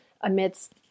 amidst